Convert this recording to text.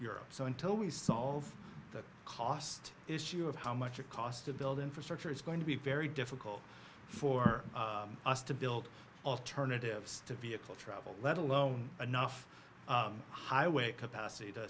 europe so until we solve the cost issue of how much it costs to build infrastructure it's going to be very difficult for us to build alternatives to vehicle travel let alone enough highway capacity to